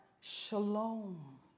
shalom